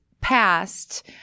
past –